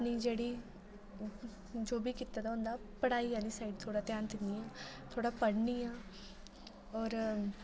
अपनी जेह्ड़ी जो बी कीते दा होंदा पढ़ाई आह्ली साइड थोह्ड़ा ध्यान दि'न्नी आं थोह्ड़ा पढ़नी आं होर